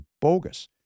bogus